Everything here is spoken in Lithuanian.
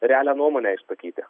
realią nuomonę išsakyti